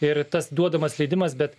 ir tas duodamas leidimas bet